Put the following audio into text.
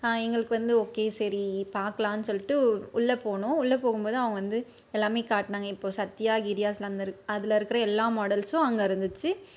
எங்களுக்கு வந்து ஓகே சரி பார்க்கலான்னு சொல்லிட்டு உள்ளே போனோம் உள்ளே போகும்போது அவங்க வந்து எல்லாமே காட்டினாங்க இப்போது சத்யா கிரியாஸ் அந்த அதில் இருக்கிற எல்லா மாடல்ஸும் அங்கே இருந்துச்சு